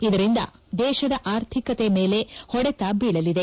ಇದರಿಂದ ದೇಶದ ಆರ್ಥಿಕತೆ ಮೇಲೆ ಹೊಡೆತ ಬೀಳಲಿದೆ